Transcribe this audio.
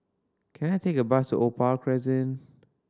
can I take a bus to Opal Crescent